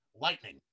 Lightning